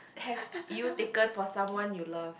have you taken for someone you love